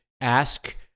ask